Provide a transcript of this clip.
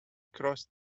cross